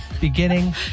beginning